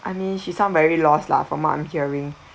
I mean she sound very lost lah for what I'm hearing